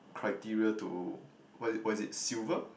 criteria to what's it what's it silver